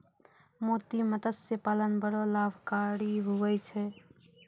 मोती मतस्य पालन बड़ो लाभकारी हुवै छै